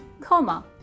coma।